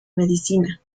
medicina